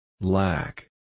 Black